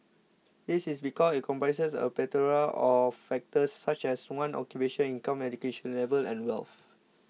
this is because it comprises a plethora of factors such as one's occupation income education level and wealth